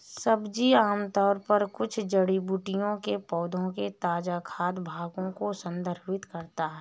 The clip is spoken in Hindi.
सब्जी आमतौर पर कुछ जड़ी बूटियों के पौधों के ताजा खाद्य भागों को संदर्भित करता है